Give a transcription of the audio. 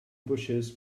bushes